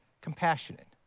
compassionate